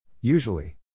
Usually